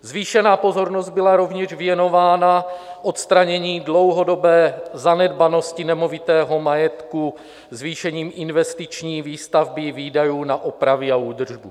Zvýšená pozornost byla rovněž věnována odstranění dlouhodobé zanedbanosti nemovitého majetku zvýšením investiční výstavby výdajů na opravy a údržbu.